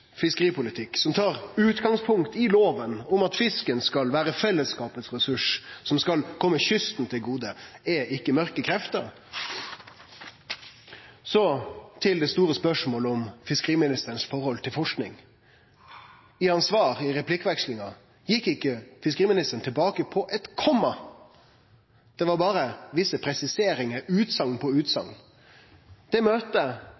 fiskeripolitikk, som tar utgangspunkt i loven om at fisken skal vere fellesskapets ressurs, som skal kome kysten til gode, er ikkje «mørke krefter». Så til det store spørsmålet om fiskeriministerens forhold til forsking. I sitt svar i replikkvekslinga gjekk ikkje fiskeriministeren tilbake på eit komma, det var berre visse presiseringar – utsegn på